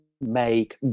make